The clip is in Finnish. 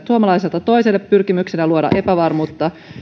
suomalaiselta toiselle pyrkimyksenä luoda epävarmuutta